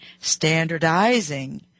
standardizing